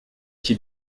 qui